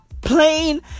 Plain